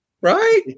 Right